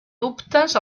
dubtes